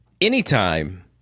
anytime